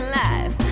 life